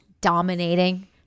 dominating